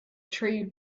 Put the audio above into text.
tree